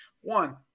one